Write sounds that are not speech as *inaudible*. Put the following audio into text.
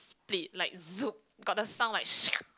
split like *noise* got the sound like *noise*